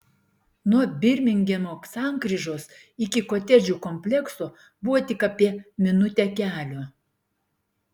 nuo birmingemo sankryžos iki kotedžų komplekso buvo tik apie minutę kelio